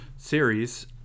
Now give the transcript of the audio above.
series